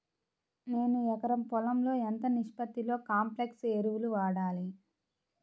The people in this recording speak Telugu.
నేను ఎకరం పొలంలో ఎంత నిష్పత్తిలో కాంప్లెక్స్ ఎరువులను వాడాలి?